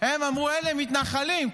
הם אמרו: אלה מתנחלים.